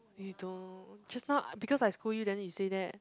you don't just now because I scold you then you say that